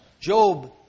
Job